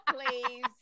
please